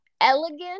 elegant